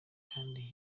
kandi